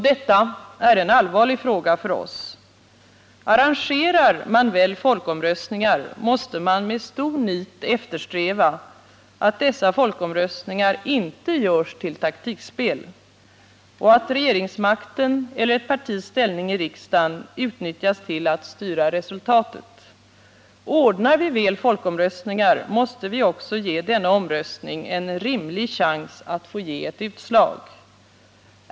Detta är en allvarlig fråga för oss. Arrangerar man väl folkomröstningar, måste man med stort nit eftersträva att dessa folkomröstningar inte görs till taktikspel och att regeringsmakten eller ett partis ställning i riksdagen inte utnyttjas till att styra resultatet. Ordnar vi väl en folkomröstning måste vi också ge denna omröstning en rimlig chans att få ge ett utslag.